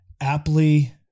Aptly